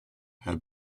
have